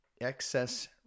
Excess